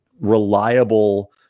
reliable